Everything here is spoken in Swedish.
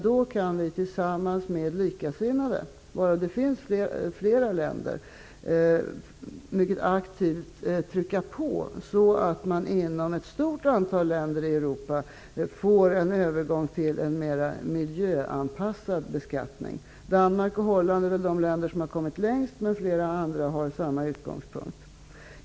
Då kan vi tillsammans med likasinnade -- det finns flera länder -- mycket aktivt trycka på så att man i ett stort antal länder i Europa får en övergång till en mera miljöanpassad beskattning. Danmark och Holland är väl de länder som har kommit längst, men flera andra länder har samma utgångspunkt.